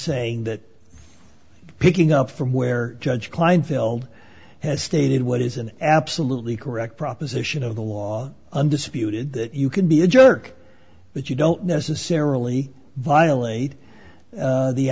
saying that picking up from where judge kleinfeld has stated what is an absolutely correct proposition of the law undisputed that you can be a jerk but you don't necessarily violate